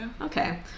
Okay